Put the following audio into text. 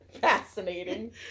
Fascinating